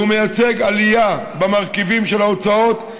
והוא מייצג עלייה במרכיבים של ההוצאות,